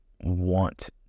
want